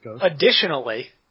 additionally